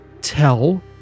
tell